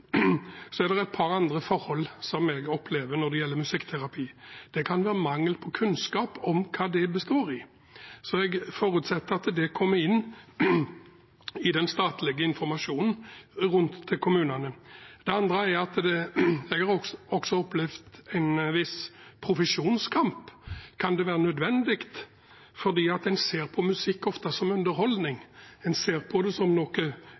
Så jeg forutsetter at det kommer inn i den statlige informasjonen rundt om til kommunene. Det andre er at jeg også har opplevd en viss profesjonskamp, om musikkterapi kan være nødvendig, for en ser ofte på musikk som underholdning. En ser på det som noe